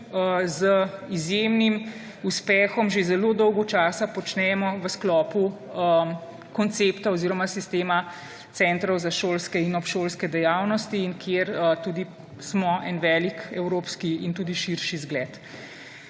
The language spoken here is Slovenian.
z izjemnim uspehom že zelo dolgo časa počnemo v sklopu koncepta oziroma sistema centrov za šolske in obšolske dejavnosti in kjer smo tudi en velik evropski in tudi širši zgled.